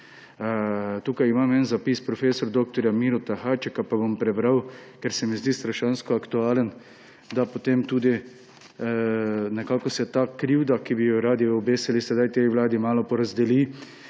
Tukaj imam en zapis prof. dr. Mira Hačeka, pa bom prebral, ker se mi zdi strašansko aktualen, da se potem tudi nekako ta krivda, ki bi jo radi obesili sedaj tej vladi malo porazdeli.